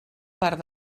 part